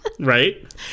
Right